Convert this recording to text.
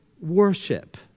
worship